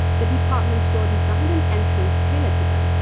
the department store designed an entrance tailored to them,